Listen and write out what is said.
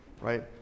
right